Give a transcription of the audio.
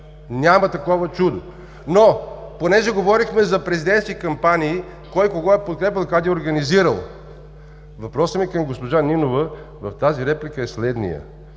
Няма такова чудо. Но понеже говорехме за президентски кампании – кой кого е подкрепял и как ги е организирал, въпросът ми към госпожа Нинова в тази реплика е следният: